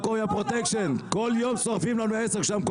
מה קורה עם הפרוטקשיין, כל יום שורפים לנו עסק שם.